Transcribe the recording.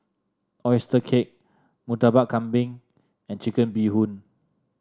oyster cake Murtabak Kambing and Chicken Bee Hoon